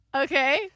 Okay